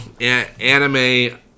Anime